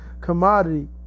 commodity